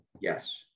yes